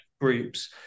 groups